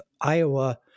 Iowa